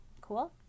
cool